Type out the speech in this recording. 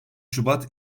şubat